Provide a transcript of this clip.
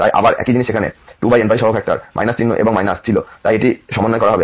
তাই আবার একই জিনিস সেখানে 2nπ সহফ্যাক্টর চিহ্ন এবং ছিল তাই এটি সমন্বয় করা হয়